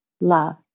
love